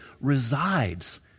resides